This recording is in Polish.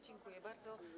Dziękuję bardzo.